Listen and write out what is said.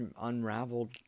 unraveled